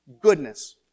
Goodness